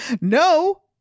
no